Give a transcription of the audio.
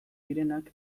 direnak